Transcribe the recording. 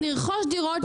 נרכוש דירות,